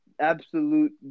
absolute